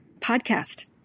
podcast